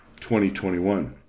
2021